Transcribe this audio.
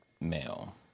male